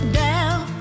down